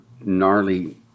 gnarly